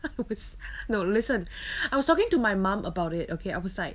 with no listen I was talking to my mum about it okay I was like